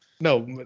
No